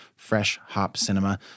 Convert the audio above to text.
FreshHopCinema